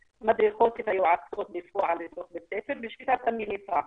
מדריכות את היועצות בפועל בתוך בית הספר בשיטת המניפה: